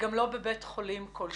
וגם לא בבית חולים כלשהו.